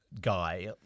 Guy